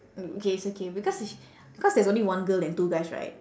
okay it's okay because sh~ because there's only one girl and two guys right